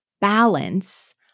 balance